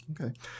Okay